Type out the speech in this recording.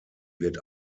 wird